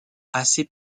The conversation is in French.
assez